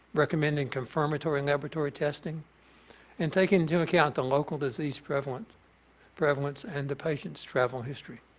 recommending confirmatory and laboratory testing and take into account the local disease prevalent prevalence and the patient's travel history.